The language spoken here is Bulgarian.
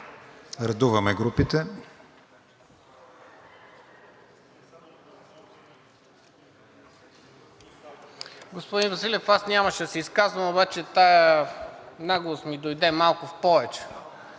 (ГЕРБ-СДС): Господин Василев, аз нямаше да се изказвам, обаче тази наглост ми дойде малко в повече